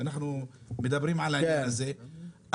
אנחנו מדברים על הענין הזה,